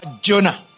Jonah